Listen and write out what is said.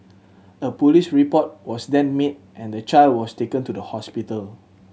a police report was then made and the child was taken to the hospital